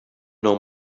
know